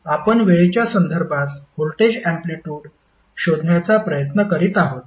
आपण वेळेच्या संदर्भात व्होल्टेज अँप्लिटयूड शोधण्याचा प्रयत्न करीत आहोत